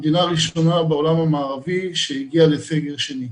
המדינה הראשונה בעולם המערבי שהגיעה לסגר שני.